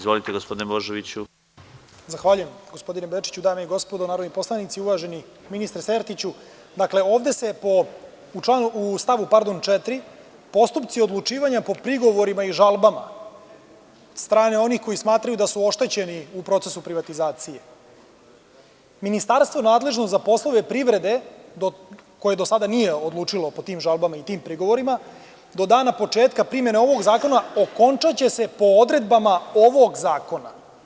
Zahvaljujem gospodine Bečiću, dame i gospodo narodni poslanici, uvaženi ministre Sertiću, ovde se u stavu 4. – postupci odlučivanja po prigovorima i žalbama, od strane onih koji smatraju da su oštećeni u procesu privatizacije, a Ministarstvo nadležno za poslove privrede, koje do sada nije odlučilo po tim žalbama i po tim prigovorima, do dana početka primene ovog zakona, okončaće se po odredbama, ovog zakona.